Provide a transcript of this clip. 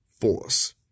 force